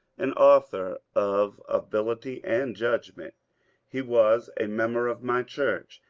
an author of ability and judgment he was a mem ber of my church,